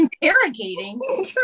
Interrogating